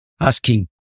asking